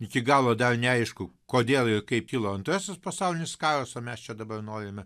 iki galo dar neaišku kodėl ir kaip kilo antrasis pasaulinis karas o mes čia dabar norime